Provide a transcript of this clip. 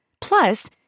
Plus